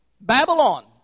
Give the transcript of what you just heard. Babylon